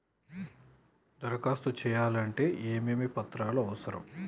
దరఖాస్తు చేయాలంటే ఏమేమి పత్రాలు అవసరం?